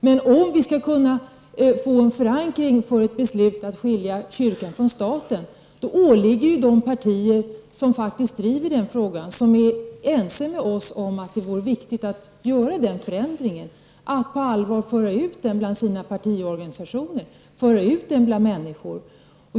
Men om vi skall kunna få en förankring för ett beslut om att skilja kyrkan från staten, åligger det de partier som faktiskt driver den frågan, som är ense med oss om att det vore viktigt att göra den förändringen, att på allvar föra ut den uppfattningen bland sina partiorganisationer, föra ut den bland människor.